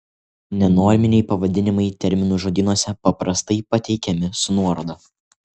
nenorminiai pavadinimai terminų žodynuose paprastai pateikiami su nuoroda